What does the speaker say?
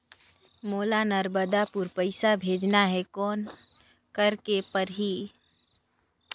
मोला नर्मदापुर पइसा भेजना हैं, कौन करेके परही?